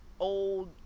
Old